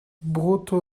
brutto